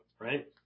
Right